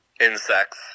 insects